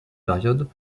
période